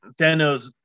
Thanos